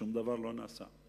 שום דבר לא נעשה.